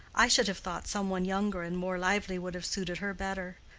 i should have thought some one younger and more lively would have suited her better.